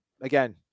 again